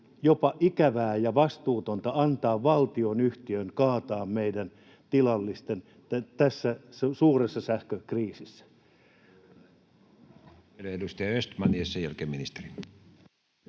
jopa ikävää ja vastuutonta antaa valtionyhtiön kaataa meidän tilallisemme tässä suuressa sähkökriisissä. [Perussuomalaisten